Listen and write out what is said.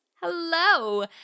hello